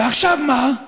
ועכשיו מה?